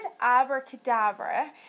abracadabra